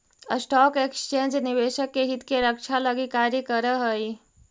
stock exchange निवेशक के हित के रक्षा लगी कार्य करऽ हइ